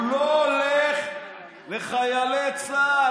הוא לא הולך לחיילי צה"ל,